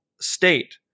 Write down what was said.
state